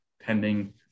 pending